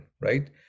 right